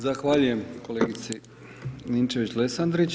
Zahvaljujem kolegici Ninčević Lesandrić.